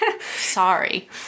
Sorry